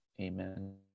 Amen